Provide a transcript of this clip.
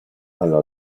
alla